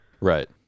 Right